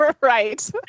right